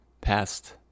past